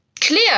Clear